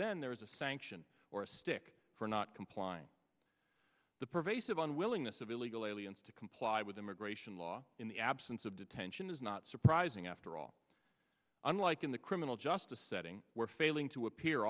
then there is a sanction or a stick for not complying the pervasive unwillingness of illegal aliens to comply with immigration law in the absence of detention is not surprising after all unlike in the criminal justice setting where failing to appear